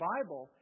Bible